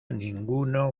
ninguno